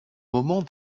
moment